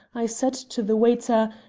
i said to the waiter,